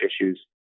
issues